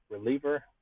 reliever